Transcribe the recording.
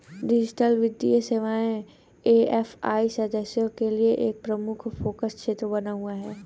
digital वित्तीय सेवाएं AFI सदस्यों के लिए एक प्रमुख फोकस क्षेत्र बना हुआ है